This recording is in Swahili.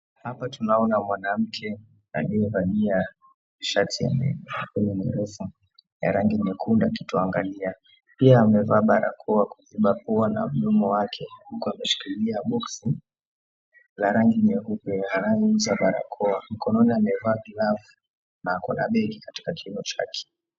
Hapa tunaona mwanamke aliyevalia shati yenye mikono mirefu ya rangi nyekundu akituangalia, pia amevaa barakoa kuziba pua na mdomo huku ameshikilia boxi la rangi nyeupe na rangi za barakoa, mkononi amevaa glavu na ako na begi katika kiuno chake.